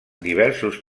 diversos